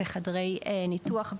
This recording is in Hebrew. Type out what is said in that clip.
בחדרי ניתוח,